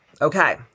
Okay